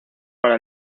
para